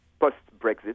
post-Brexit